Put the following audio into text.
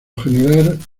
general